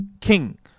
king